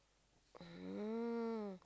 um